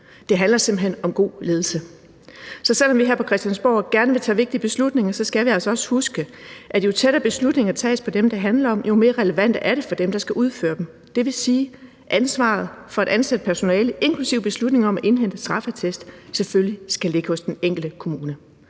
Det handler simpelt hen om god ledelse. Så selv om vi her på Christiansborg gerne vil tage vigtige beslutninger, skal vi altså også huske, at jo tættere beslutninger tages på dem, det handler om, jo mere relevant er det for dem, der skal udføre dem. Det vil sige, at ansvaret for at ansætte personale, inklusive beslutningen om at indhente straffeattest, selvfølgelig skal ligge hos den enkelte kommune.